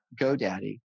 GoDaddy